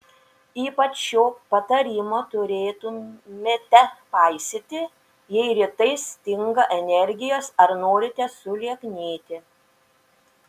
ypač šio patarimo turėtumėte paisyti jei rytais stinga energijos ar norite sulieknėti